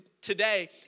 today